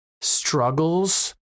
struggles